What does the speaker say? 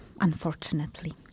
unfortunately